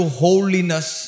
holiness